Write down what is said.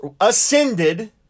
ascended